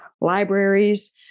libraries